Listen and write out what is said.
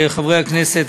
חברי הכנסת,